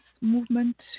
Movement